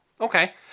okay